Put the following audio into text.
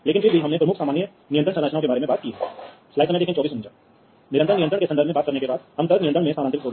इसलिए हम चाहते हैं कि औद्योगिक स्वचालन के मामले में भी इस तरह की अंतर निर्भरता हो